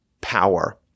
power